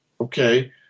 Okay